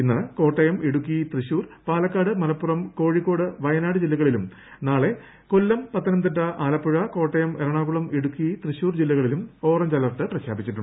ഇന്ന് കോട്ടയം ഇടുക്കി തൃശൂർ പാലക്കാട് മലപ്പുറം കോഴിക്കോട് വയനാട് ജില്ലിക്ളിലും നാളെ കൊല്ലം പത്തനംതിട്ട ആലപ്പുഴ കോട്ടയം ഏറ്റണ്ടാകുളം ഇടുക്കി തൃശൂർ ജില്ലകളിലും ഓറഞ്ച് അലേർട്ട് പ്രഖ്യാപിച്ചു